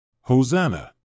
Hosanna